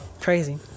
crazy